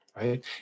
right